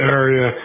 area